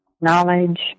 knowledge